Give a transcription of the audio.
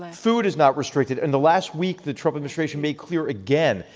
food is not restricted. in the last week, the trump administration made clear again,